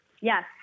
yes